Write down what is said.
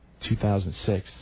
2006